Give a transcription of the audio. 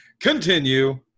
Continue